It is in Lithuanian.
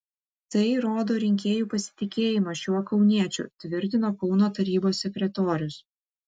tai rodo rinkėjų pasitikėjimą šiuo kauniečiu tvirtino kauno tarybos sekretorius